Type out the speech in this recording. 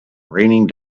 raining